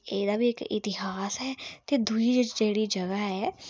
ते एह्दा बी इक इतिहास ऐ ते दुई जेह्ड़ी जगहा ऐ